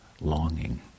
longing